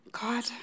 God